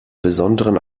besonderen